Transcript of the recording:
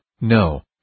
No